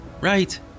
right